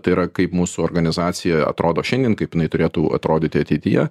tai yra kaip mūsų organizacija atrodo šiandien kaip jinai turėtų atrodyti ateityje